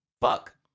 Fuck